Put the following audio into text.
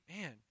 man